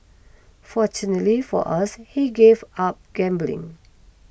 fortunately for us he gave up gambling